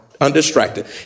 undistracted